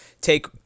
take